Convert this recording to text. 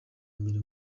mbere